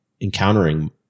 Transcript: encountering